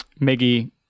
Miggy